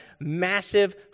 massive